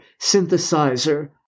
synthesizer